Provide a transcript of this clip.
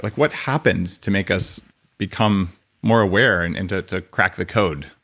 like what happens to make us become more aware and and to to crack the code,